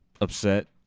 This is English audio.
upset